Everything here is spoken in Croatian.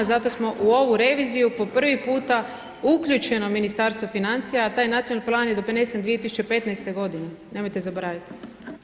Zato smo u ovu reviziju po prvi puta uključeno Ministarstvo financija a taj nacionalni plan je donesen 2015. g., nemojte zaboravit